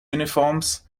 uniforms